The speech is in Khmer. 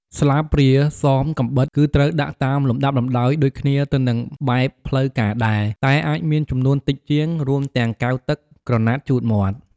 ស្លាបព្រា សម កាំបិត គឺត្រូវដាក់តាមលំដាប់លំដោយដូចគ្នាទៅនឹងបែបផ្លូវការដែរ តែអាចមានចំនួនតិចជាង រួមទាំងកែវទឹក ក្រណាត់ជូតមាត់។